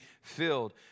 filled